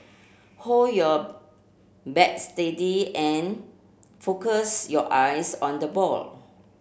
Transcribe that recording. hold your bat steady and focus your eyes on the ball